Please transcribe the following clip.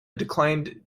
declined